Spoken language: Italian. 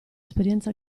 esperienza